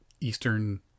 eastern